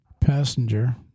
passenger